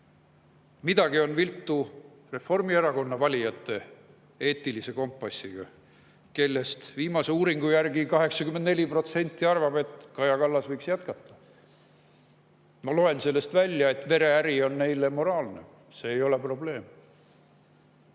Midagi on viltu Reformierakonna valijate eetilise kompassiga: viimase uuringu järgi neist 84% arvab, et Kaja Kallas võiks jätkata. Ma loen sellest välja, et vereäri on neile moraalne, see ei ole probleem.